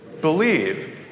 believe